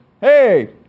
Hey